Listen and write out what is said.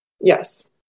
Yes